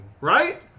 Right